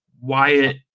Wyatt